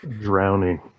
Drowning